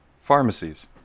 pharmacies